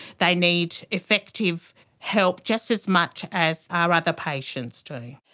they need effective help just as much as our other patients do.